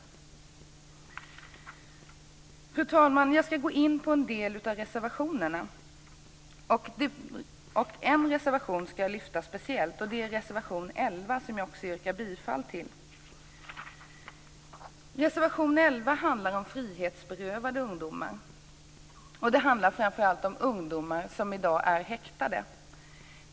Fru talman! Jag ska gå in på en del av reservationerna. En reservation ska jag lyfta fram speciellt. Det är reservation 11, som jag också yrkar bifall till. Reservation 11 handlar om frihetsberövade ungdomar. Det handlar framför allt om ungdomar som i dag är häktade.